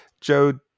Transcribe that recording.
Joe